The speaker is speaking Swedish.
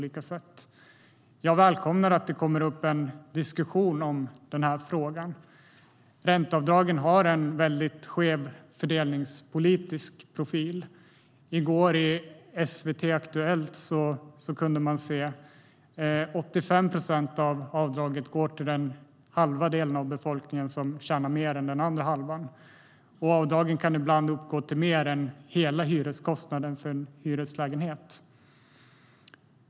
Jag välkomnar att det kommer upp en diskussion om denna fråga. Ränteavdragen har en väldigt skev fördelningspolitisk profil. I går kunde man i SVT:s Aktuellt se att 85 procent av avdragen går till den halva av befolkningen som tjänar mer än den andra halvan. Avdragen kan ibland uppgå till mer än hela hyreskostnaden för en hyreslägenhet.